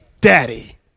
Daddy